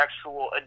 actual